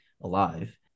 alive